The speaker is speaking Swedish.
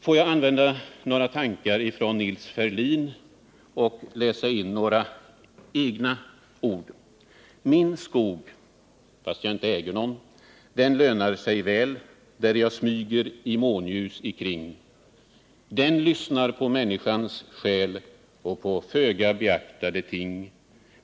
Får jag använda några tankar från Nils Ferlin delvis omformade med egna ord: Min skog - fast ej ägd — den lönar sig väl där jag smyger i månljus ikring den lyssnar på mänskans själ och på föga beaktade ting.